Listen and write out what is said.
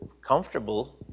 comfortable